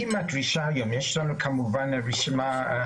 מדברים על איתור